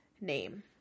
name